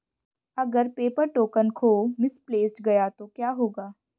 अगर paper token खो misplaced गया तो क्या होगा?